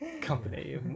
company